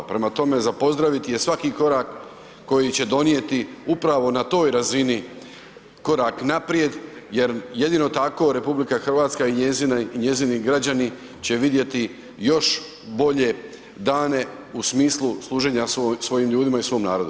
Prema tome, za pozdraviti je svaki korak koji će donijeti upravo na toj razini korak naprijed jer jedino tako RH i njezini građani će vidjeti još bolje dane u smislu služenja svojim ljudima i svom narodu.